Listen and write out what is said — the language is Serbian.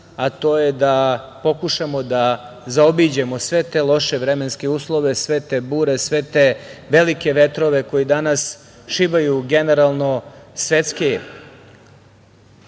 a to je da pokušamo da zaobiđemo sve te loše vremenske uslove, sve te bure, sve te velike vetrove koji danas šibaju generalno svetski